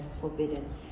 forbidden